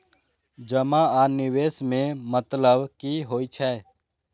जमा आ निवेश में मतलब कि होई छै?